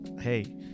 hey